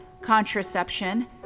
contraception